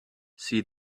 see